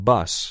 Bus